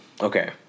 okay